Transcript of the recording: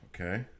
Okay